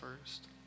first